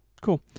cool